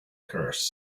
curse